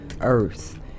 Earth